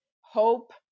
hope